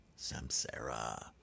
Samsara